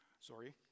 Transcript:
Sorry